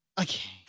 Okay